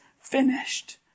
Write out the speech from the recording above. finished